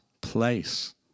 place